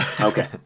Okay